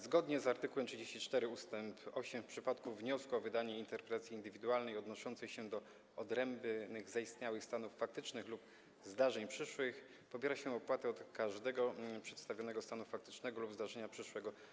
Zgodnie z art. 34 ust. 8 w przypadku wniosku o wydanie interpretacji indywidualnej odnoszącej się do odrębnych zaistniałych stanów faktycznych lub zdarzeń przyszłych pobiera się opłatę od każdego przedstawionego stanu faktycznego lub zdarzenia przyszłego.